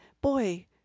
Boy